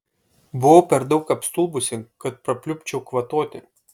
buvau per daug apstulbusi kad prapliupčiau kvatoti